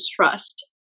trust